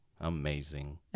Amazing